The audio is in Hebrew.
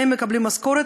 כולם מקבלים משכורת,